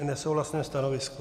Nesouhlasné stanovisko.